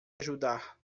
ajudar